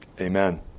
Amen